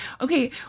Okay